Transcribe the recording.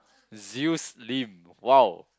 Zeus Lim !wow!